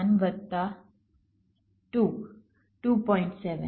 1 વત્તા 2 2